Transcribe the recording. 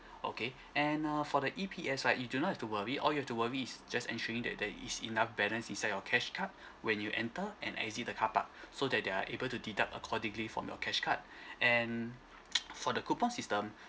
okay and err for the E_P_S right you do not have to worry all you have to worry is just ensuring that there is enough balance inside your cash card when you enter and exit the carpark so that they are able to deduct accordingly from your cash card and for the coupons system